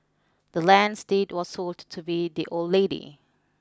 the land's deed was sold to be the old lady